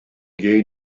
gei